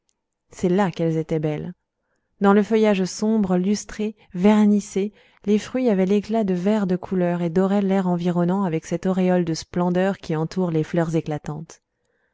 c'est là qu'elles étaient belles dans le feuillage sombre lustré vernissé les fruits avaient l'éclat de verres de couleur et doraient l'air environnant avec cette auréole de splendeur qui entoure les fleurs éclatantes